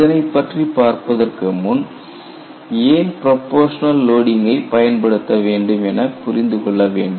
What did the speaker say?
இதனைப் பற்றிப் பார்ப்பதற்கு முன் ஏன் ப்ரொபோஷனல் லோடிங் கை பயன்படுத்த வேண்டும் என புரிந்து கொள்ள வேண்டும்